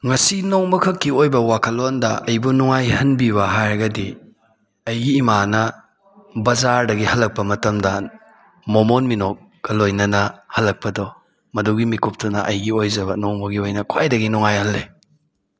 ꯉꯁꯤ ꯅꯣꯡꯃꯈꯛꯀꯤ ꯑꯣꯏꯕ ꯋꯥꯈꯜꯂꯣꯟꯗ ꯑꯩꯕꯨ ꯅꯨꯡꯉꯥꯏꯍꯟꯕꯤꯕ ꯍꯥꯏꯔꯒꯗꯤ ꯑꯩꯒꯤ ꯏꯃꯥꯅ ꯕꯖꯥꯔꯗꯒꯤ ꯍꯜꯂꯛꯄ ꯃꯇꯝꯗ ꯃꯣꯃꯣꯟ ꯃꯤꯅꯣꯛꯀ ꯂꯣꯏꯅꯅ ꯍꯜꯂꯛꯄꯗꯣ ꯃꯗꯨꯒꯤ ꯃꯤꯀꯨꯞꯇꯨꯅ ꯑꯩꯒꯤ ꯑꯣꯏꯖꯕ ꯅꯣꯡꯃꯒꯤ ꯑꯣꯏꯅ ꯈ꯭ꯋꯥꯏꯗꯒꯤ ꯅꯨꯡꯉꯥꯏꯍꯜꯂꯤ